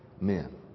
Men